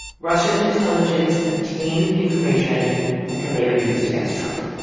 russian intelligence obtained information that could later be used against trump.